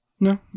No